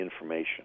information